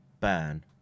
burn